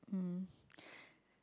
mm